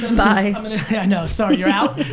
bye. i mean yeah, i know, sorry, you're out?